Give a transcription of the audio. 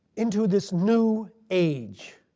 into this new age.